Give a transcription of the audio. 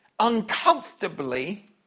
Uncomfortably